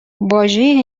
واژه